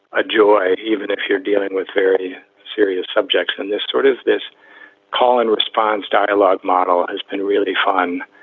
a joy. even if you're dealing with very serious subjects and this sort of this call and response dialogue model has been really fun,